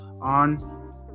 on